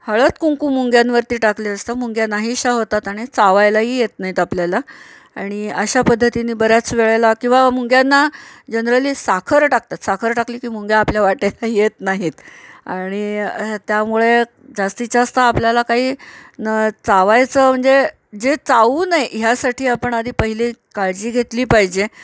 हळद कुंकू मुंग्यांवरती टाकले असता मुंग्या नाहीशा होतात आणि चावायलाही येत नाहीत आपल्याला आणि अशा पद्धतीनी बऱ्याच वेळेला किंवा मुंग्यांना जनरली साखर टाकतात साखर टाकली की मुंग्या आपल्या वाटेला येत नाहीत आणि त्यामुळे जास्तीत जास्त आपल्याला काही न चावायचं म्हणजे जे चावू नये ह्यासाठी आपण आधी पहिली काळजी घेतली पाहिजे